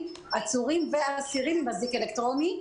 עצורים ואסירים עם אזיק אלקטרוני.